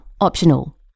optional